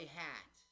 hat